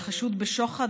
החשוד בשוחד,